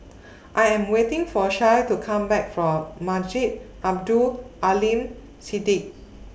I Am waiting For Shae to Come Back from Masjid Abdul Aleem Siddique